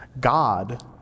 God